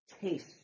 taste